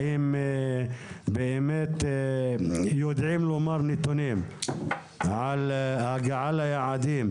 האם באמת יודעים לומר נתונים על הגעה ליעדים?